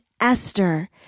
Esther